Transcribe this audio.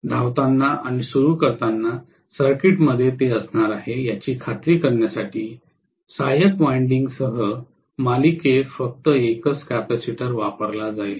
धावताना आणि सुरू करताना सर्किटमध्ये ते असणार आहे याची खात्री करण्यासाठी सहाय्यक वाइंडिंग सह मालिकेत फक्त एकच कपॅसिटर वापरला जाईल